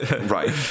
Right